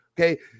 okay